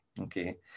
okay